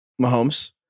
Mahomes